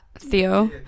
Theo